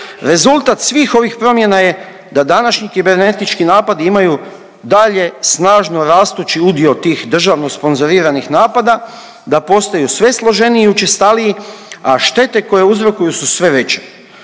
Rezultat svih ovih promjena je da današnji kibernetički napadi imaju dalje snažno rastući udio tih državno sponzoriranih napada, da postaju sve složeniji i učestaliji, a štete koje uzrokuju su sve veće.